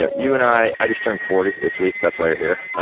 ah you and i i just turned forty this week, that's why you're here.